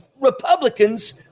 Republicans